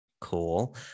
cool